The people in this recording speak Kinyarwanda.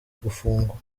gufungwa